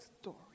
story